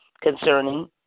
concerning